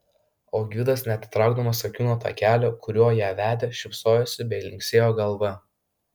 o gvidas neatitraukdamas akių nuo takelio kuriuo ją vedė šypsojosi bei linksėjo galva